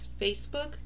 Facebook